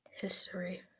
History